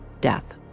death